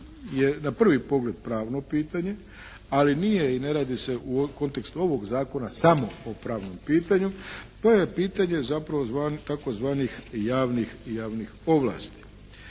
je na prvi pogled pravno pitanje, ali nije i ne radi se u kontekstu ovog zakona samo po pravnom pitanju. To je pitanje zapravo tzv. javnih ovlasti.